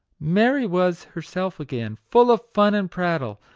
mary was herself again, full of fun and prattle.